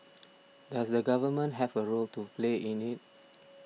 does the government have a role to play in it